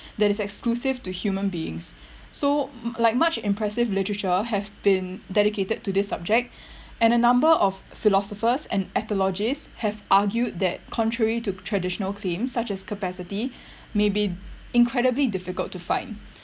that is exclusive to human beings so m~ like much impressive literature have being dedicated to this subject and a number of philosophers and ethologist have argued that contrary to traditional themes such as capacity may be incredibly difficult to find